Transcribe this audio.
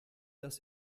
das